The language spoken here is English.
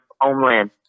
homeland